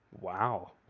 Wow